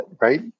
Right